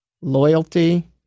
loyalty